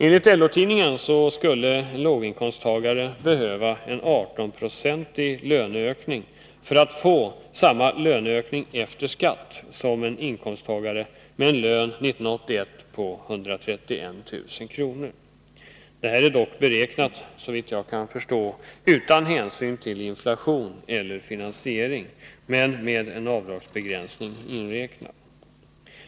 Enligt LO-tidningen skulle en låginkomsttagare behöva en 18-procentig löneökning för att få samma löneökning efter skatt som en inkomsttagare med en lön 1981 på 131 000 kr. Detta är dock, såvitt jag kan förstå, beräknat utan hänsyn till inflation eller finansiering men med en avdragsbegränsning inräknad.